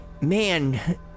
Man